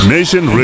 Nation